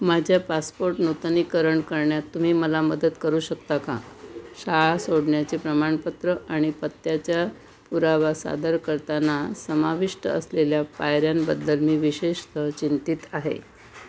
माझ्या पासपोर्ट नूतनीकरण करण्यात तुम्ही मला मदत करू शकता का शाळा सोडण्याचे प्रमाणपत्र आणि पत्त्याच्या पुरावा सादर करताना समाविष्ट असलेल्या पायऱ्यांबद्दल मी विशेषतः चिंतीत आहे